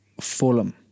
Fulham